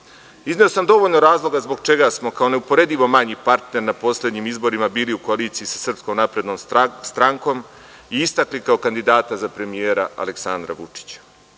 sam dovoljno razloga zbog čega smo kao neuporedivo manji partner na poslednjim izborima bili u koaliciji sa SNS i istakli kao kandidata za premijera Aleksandra Vučića. Da